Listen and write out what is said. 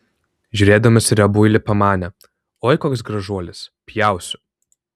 žiūrėdamas į riebuilį pamanė oi koks gražuolis pjausiu